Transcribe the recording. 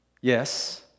Yes